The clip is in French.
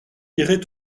irait